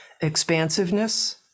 expansiveness